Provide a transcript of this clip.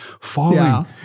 falling